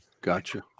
Gotcha